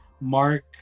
mark